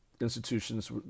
institutions